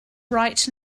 right